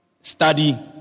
Study